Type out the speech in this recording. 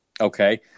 Okay